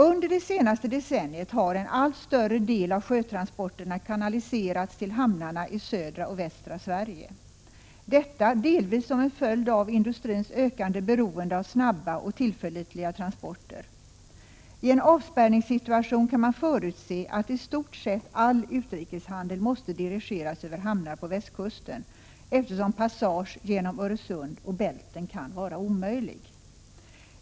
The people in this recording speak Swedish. Under det senaste decenniet har en allt större del av sjötransporterna kanaliserats till hamnarna i södra och västra Sverige, detta delvis som en följd av industrins ökande beroende av snabba och tillförlitliga transporter. I en avspärrningssituation kan man förutse att i stort sett all utrikeshandel måste dirigeras över hamnar på västkusten, eftersom passage genom Öresund och Bälten kan vara omöjlig.